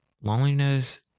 Loneliness